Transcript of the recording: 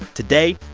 today,